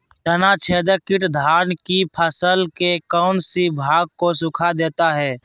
तनाछदेक किट धान की फसल के कौन सी भाग को सुखा देता है?